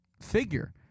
figure